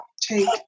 take